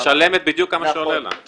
היא משלמת בדיוק כמה שעולה לה.